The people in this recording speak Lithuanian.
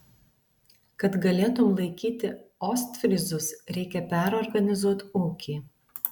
kad galėtum laikyti ostfryzus reikia perorganizuot ūkį